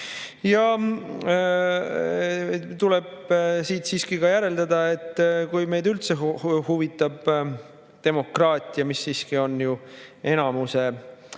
tuleb siiski ka järeldada, et kui meid üldse huvitab demokraatia, mis siiski on ju enamuse tahte